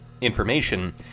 information